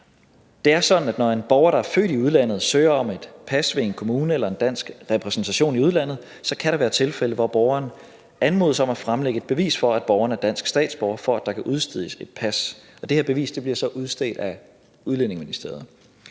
Det er sådan, at når en borger, der er født i udlandet, søger om et pas ved en kommune eller en dansk repræsentation i udlandet, kan der være tilfælde, hvor borgeren anmodes om at fremlægge et bevis for, at borgeren er dansk statsborger, for at der kan udstedes et pas, og det her bevis bliver så udstødt af Udlændingeministeriet.